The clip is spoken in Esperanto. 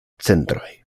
centroj